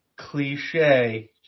cliche